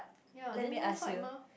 ya then no fight mah